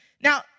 Now